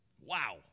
Wow